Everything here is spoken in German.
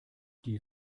die